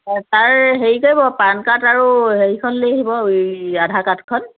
হয় তাৰ হেৰি কৰিব পান কাৰ্ড আৰু হেৰিখন লৈ আহিব এই আধাৰ কাৰ্ডখন